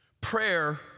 Prayer